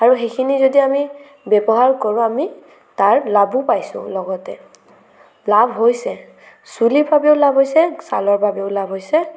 আৰু সেইখিনি যদি আমি ব্যৱহাৰ কৰোঁ আমি তাৰ লাভো পাইছোঁ লগতে লাভ হৈছে চুলিৰ বাবেও লাভ হৈছে ছালৰ বাবেও লাভ হৈছে